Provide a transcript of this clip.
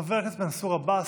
חבר הכנסת מנסור עבאס,